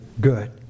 good